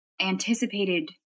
anticipated